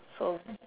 so